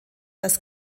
das